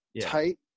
tight